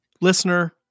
Listener